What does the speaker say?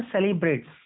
celebrates